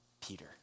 Peter